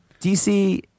DC